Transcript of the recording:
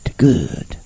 Good